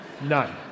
None